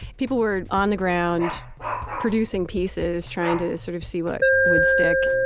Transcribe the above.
people were on the ground producing pieces, trying to sort of see what would stick.